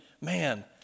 man